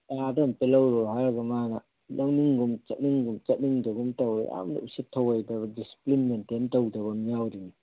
ꯑꯝꯇ ꯂꯧꯔꯨꯔꯣ ꯍꯥꯏꯔꯒ ꯃꯥꯅ ꯂꯧꯅꯤꯡꯒꯨꯝ ꯆꯠꯅꯤꯡꯒꯨꯝ ꯆꯠꯅꯤꯡꯗꯒꯨꯝ ꯇꯧꯏ ꯌꯥꯝꯅ ꯎꯁꯤꯠ ꯊꯑꯣꯏꯗꯕ ꯗꯤꯁꯄ꯭ꯂꯤꯟ ꯃꯦꯟꯇꯦꯟ ꯇꯧꯗꯕ ꯑꯃ ꯌꯥꯎꯔꯤꯌꯦ